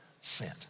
sent